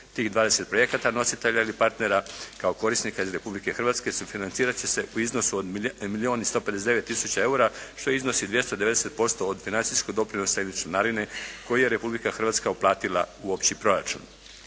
projekata nositelja ili partnera kao korisnika iz Republike Hrvatske sufinancirat će se u iznosu od milijun i 159 tisuća eura što iznosi 290% od financijskog doprinosa ili članarine koju je Republika Hrvatska uplatila u Opći proračun.